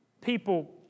people